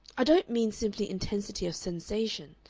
i don't mean simply intensity of sensation.